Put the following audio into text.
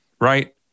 right